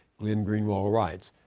glenn greenwald writes,